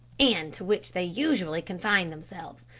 and to which they usually confine themselves.